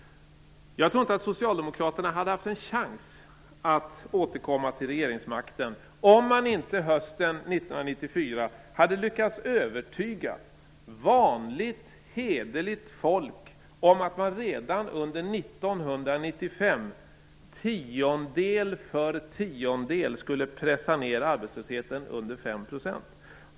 Jag tror inte att Socialdemokraterna hade haft en chans att återkomma till regeringsmakten om man inte hösten 1994 hade lyckats övertyga vanligt hederligt folk om att man redan under 1995 "tiondel för tiondel" skulle pressa ned arbetslösheten under 5 %.